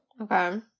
Okay